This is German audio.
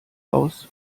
aus